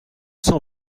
cent